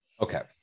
Okay